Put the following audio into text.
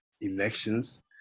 elections